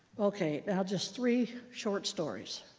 ok, now just three short stories,